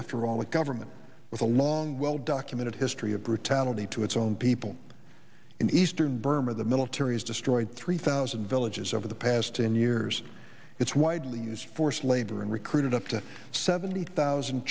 after all a government with a long well documented history of brutality to its own people in eastern burma the military has destroyed three thousand villages over the past ten years it's widely used for labor and recruited up to seventy thousand